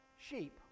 Sheep